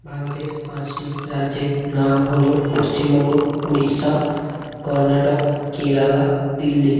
ভারতের পাঁচটি রাজ্যের নাম হলো পশ্চিমবঙ্গ উড়িষ্যা কর্ণাটক কেরালা দিল্লি